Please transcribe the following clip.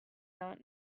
not